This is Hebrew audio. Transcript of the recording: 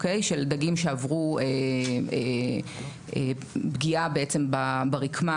של דגים שעברו פגיעה בעצם ברקמה